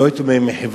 לא הייתי אומר מחווה,